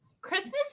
Christmas